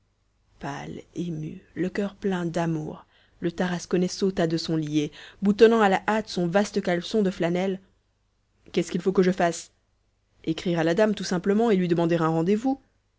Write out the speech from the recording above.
pâle ému le coeur plein d'amour le tarasconnais sauta de son lit et boutonnant à la hâte son vaste caleçon de flanelle qu'est-ce qu'il faut que je fasse écrire à la dame tout simplement et lui demander un rendez-vous